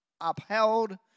upheld